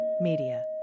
Media